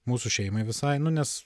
mūsų šeimai visai nu nes